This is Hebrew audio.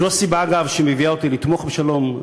זו הסיבה, אגב, שמביאה אותי לתמוך בשלום.